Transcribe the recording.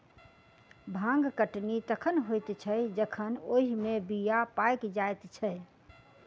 भांग कटनी तखन होइत छै जखन ओहि मे बीया पाइक जाइत छै